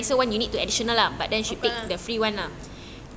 more lah